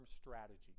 strategy